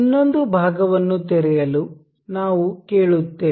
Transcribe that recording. ಇನ್ನೊಂದು ಭಾಗವನ್ನು ತೆರೆಯಲು ನಾವು ಕೇಳುತ್ತೇವೆ